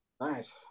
Nice